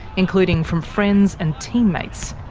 including from friends and teammates,